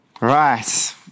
right